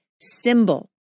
symbol